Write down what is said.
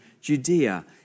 Judea